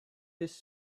his